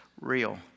real